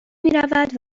میرود